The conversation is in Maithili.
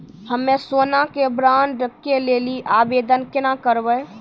हम्मे सोना के बॉन्ड के लेली आवेदन केना करबै?